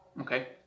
Okay